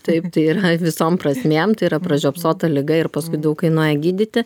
taip yra visom prasmėm tai yra pražiopsota liga ir paskui daug kainuoja gydyti